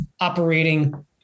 operating